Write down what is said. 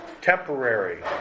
Temporary